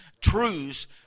truths